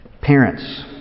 Parents